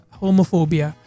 homophobia